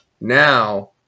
now